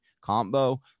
combo